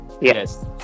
Yes